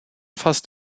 fast